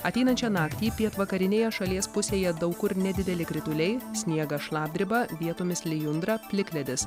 ateinančią naktį pietvakarinėje šalies pusėje daug kur nedideli krituliai sniegas šlapdriba vietomis lijundra plikledis